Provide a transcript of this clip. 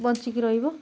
ବଞ୍ଚିକି ରହିବ